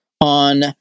on